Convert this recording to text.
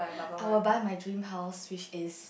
I will buy my dream house which is